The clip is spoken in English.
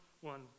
one